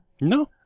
No